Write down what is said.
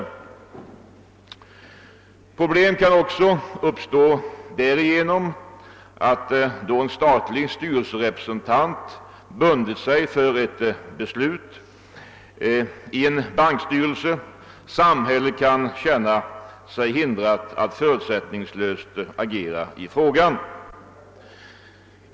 Problem kan också uppstå därigenom att samhället kan känna sig förhindrat att förutsättningslöst agera i en fråga då en statlig styrelserepresentant bundit sig för ett beslut i en banks styrelse.